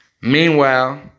Meanwhile